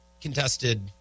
contested